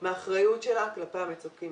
מהאחריות שלה כלפי המצוקים.